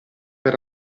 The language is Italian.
per